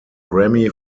grammy